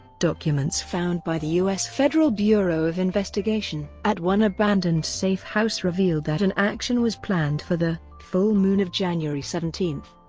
documents found by the us federal bureau of investigation at one abandoned safe house revealed that an action was planned for the full moon of january seventeen.